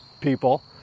people